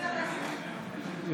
אין נמנעים.